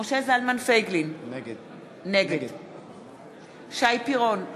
משה זלמן פייגלין, נגד שי פירון,